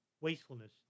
wastefulness